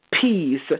Peace